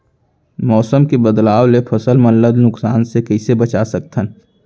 मौसम के बदलाव ले फसल मन ला नुकसान से कइसे बचा सकथन?